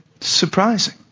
surprising